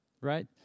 Right